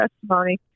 testimony